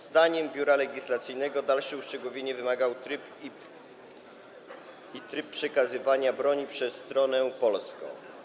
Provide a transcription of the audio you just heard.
Zdaniem Biura Legislacyjnego dalszego uszczegółowienia wymagał tryb przekazywania broni przez stronę polską.